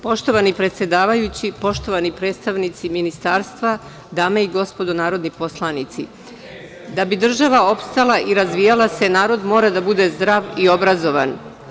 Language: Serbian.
Poštovani predsedavajući, poštovani predstavnici Ministarstva, dame i gospodo narodni poslanici, da bi država opstala i razvijala se, narod mora da bude zdrav i obrazovan.